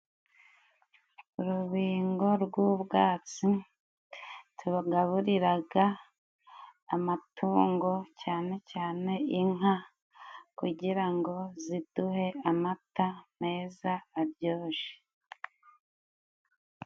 Urubingo rw'ubwatsi tubugaburiraga amatungo, cyane cyane inka, kugira ngo ziduhe amata meza aryoshe.